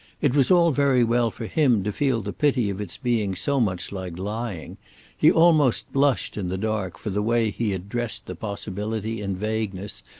it was all very well for him to feel the pity of its being so much like lying he almost blushed, in the dark, for the way he had dressed the possibility in vagueness,